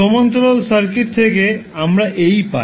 সমান্তরাল সার্কিট থেকে আমরা এই পাই